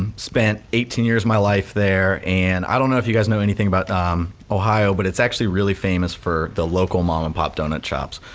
um spent eighteen years of my life there and i don't know if you guys know anything about ohio but it's actually really famous for the local mom and pop donut shops.